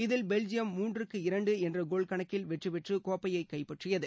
இதில் பெல்ஜியம் மூன்றுக்கு இரண்டு என்ற கோல் கணக்கில் வெற்றி பெற்று கோப்பையை கைப்பற்றியது